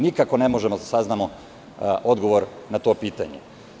Nikako ne možemo da saznamo odgovor na to pitanje.